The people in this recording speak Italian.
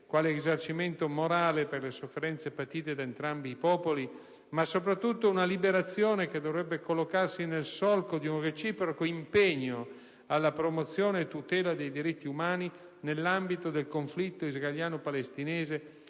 quale risarcimento morale per le sofferenze patite da entrambi i popoli, ma soprattutto una liberazione che dovrebbe collocarsi nel solco di un reciproco impegno alla promozione e tutela dei diritti umani nell'ambito del conflitto israeliano-palestinese,